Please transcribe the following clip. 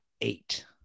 eight